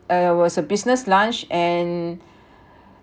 and it was a business lunch and